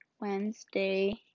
Wednesday